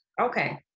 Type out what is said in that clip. Okay